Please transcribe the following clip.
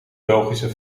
belgische